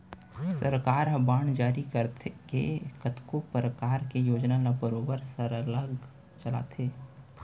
सरकार ह बांड जारी करके कतको परकार के योजना ल बरोबर सरलग चलाथे